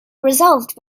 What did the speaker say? resolved